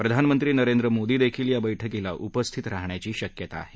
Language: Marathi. प्रधानमंत्री नरेंद्र मोदीही बैठकीला उपस्थित राहण्याची शक्यता आहे